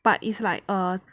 but is like err